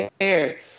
air